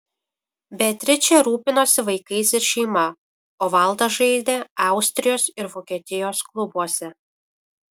beatričė rūpinosi vaikais ir šeima o valdas žaidė austrijos ir vokietijos klubuose